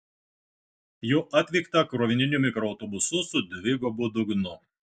jo atvykta krovininiu mikroautobusu su dvigubu dugnu